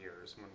years